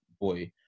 boy